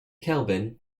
kelvin